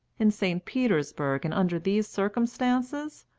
in st. petersburg, and under these circumstances,